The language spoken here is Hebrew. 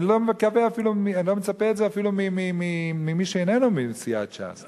אני לא מצפה את זה אפילו ממי שאיננו מסיעת ש"ס.